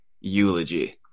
eulogy